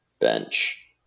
Bench